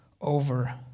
over